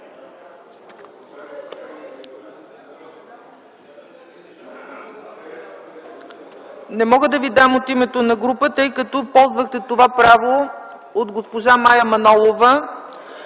Не мога да ви дам думата от името на група, тъй като ползвахте това право от госпожа Мая Манолова.